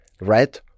red